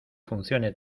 funcione